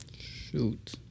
Shoot